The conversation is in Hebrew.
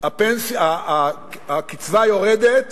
הקצבה יורדת